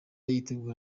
yiteguye